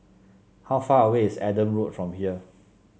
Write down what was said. how far away is Adam Road from here